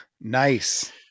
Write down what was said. Nice